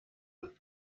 del